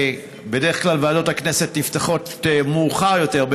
בדרך כלל ועדות הכנסת נפתחות מאוחר יותר,